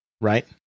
Right